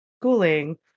schooling